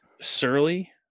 Surly